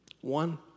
One